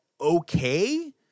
okay